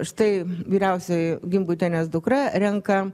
štai vyriausioji gimbutienės dukra renka